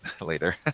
later